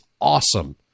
awesome